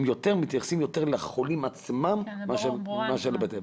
הם מתייחסים יותר לחולים עצמם מאשר לבתי אב.